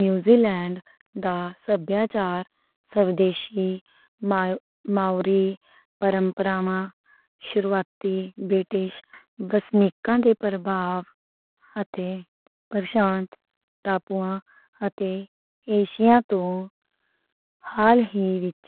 New Zealand دا سبھیاچار سودیشی ماؤری پرمپراں وچ شروعاتی برطانوی وسنیکاں دے پربھاو ہتھے۔ پیسیفک دوپاں اتے ایشیا توں حال ہی وچ